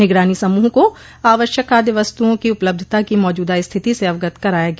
निगरानी समूह को आवश्यक खाद्य वस्तुओं की उपलब्धता की मौजूदा स्थिति से अवगत कराया गया